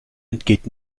entgeht